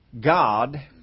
God